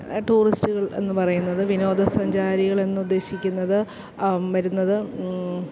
ടൂറിസ്റ്റുകൾ എന്ന് പറയുന്നത് വിനോദ സഞ്ചാരികൾ എന്നുദ്ദേശിക്കുന്നത് വരുന്നത്